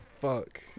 Fuck